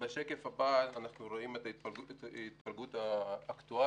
בשקף הבא אנחנו רואים את ההתפלגות האקטוארית,